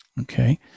Okay